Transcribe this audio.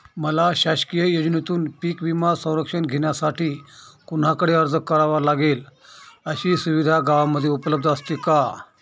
मला शासकीय योजनेतून पीक विमा संरक्षण घेण्यासाठी कुणाकडे अर्ज करावा लागेल? अशी सुविधा गावामध्ये उपलब्ध असते का?